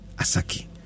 Asaki